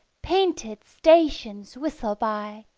painted stations whistle by.